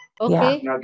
Okay